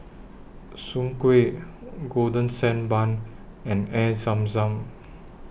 Soon Kway Golden Sand Bun and Air Zam Zam